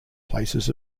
places